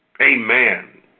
amen